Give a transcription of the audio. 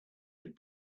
had